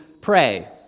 pray